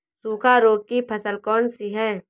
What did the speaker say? सूखा रोग की फसल कौन सी है?